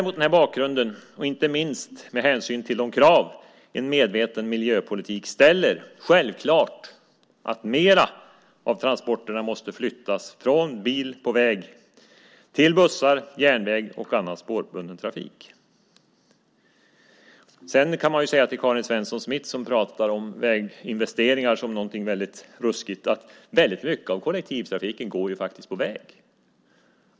Mot denna bakgrund, och inte minst med hänsyn till de krav en medveten miljöpolitik ställer, är det därför självklart att mer av transporterna måste flyttas från bil på väg till bussar, järnväg och annan spårbunden trafik. Till Karin Svensson Smith som pratar om väginvesteringar som någonting mycket ruskigt kan man säga att väldigt mycket av kollektivtrafiken går ju faktiskt på väg.